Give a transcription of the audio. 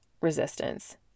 resistance